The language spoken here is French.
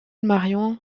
marion